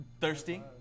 Thirsty